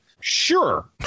Sure